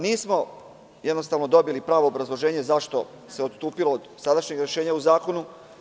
Nismo jednostavno dobili pravo obrazloženje zašto se odstupili od sadašnjeg rešenja u zakonu.